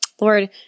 Lord